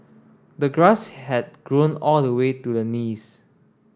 the grass had grown all the way to the knees